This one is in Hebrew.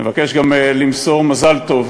נבקש גם למסור מזל טוב,